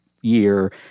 year